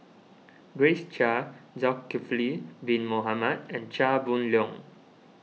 Grace Chia Zulkifli Bin Mohamed and Chia Boon Leong